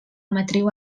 matriu